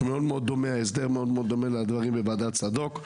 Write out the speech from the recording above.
הסדר מאוד-מאוד דומה לדברים בוועדת צדוק,